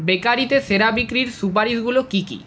বেকারিতে সেরা বিক্রির সুপারিশগুলো কী কী